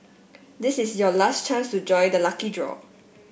this is your last chance to join the lucky draw